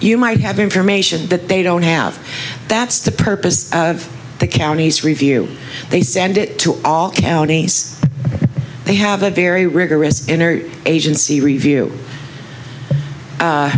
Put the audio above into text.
you might have information that they don't have that's the purpose of the county's review they send it to all counties they have a very rigorous inner agency review